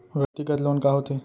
व्यक्तिगत लोन का होथे?